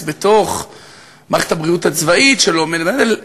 בתוך מערכת הבריאות הצבאית שלא עומדת בזה .